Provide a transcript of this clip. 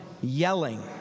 yelling